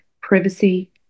privacy